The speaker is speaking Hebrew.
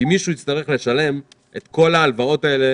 כי מישהו יצטרך לשלם את כל ההלוואות האלה